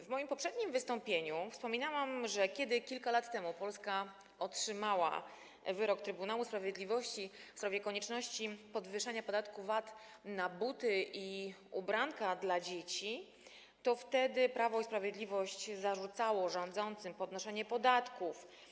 W moim poprzednim wystąpieniu wspominałam, że kiedy kilka lat temu Polska otrzymała wyrok Trybunału Sprawiedliwości w sprawie konieczności podwyższenia podatku VAT na buty i ubranka dla dzieci, Prawo i Sprawiedliwość zarzucało rządzącym podnoszenie podatków.